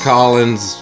Collins